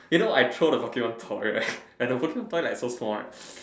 you know I throw the Pokemon toy right and the Pokemon toy like so small right